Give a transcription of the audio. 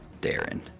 Darren